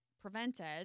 prevented